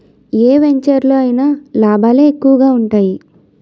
ఏ వెంచెరులో అయినా లాభాలే ఎక్కువగా ఉంటాయి